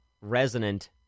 resonant